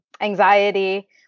anxiety